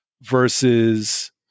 versus